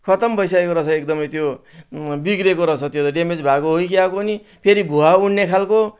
खत्तम भइसकेको रहेछ एकदमै त्यो बिग्रेको रहेछ त्यो त ड्यामेज भएको हो कि क्या हो कुन्नि फेरि भुवा उठ्ने खालको